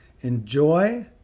Enjoy